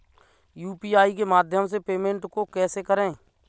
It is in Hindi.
यू.पी.आई के माध्यम से पेमेंट को कैसे करें?